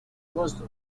agosto